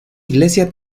iglesia